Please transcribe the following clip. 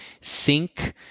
sync